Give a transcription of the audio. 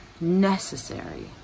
necessary